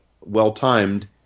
well-timed